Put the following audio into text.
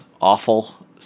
awful